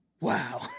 wow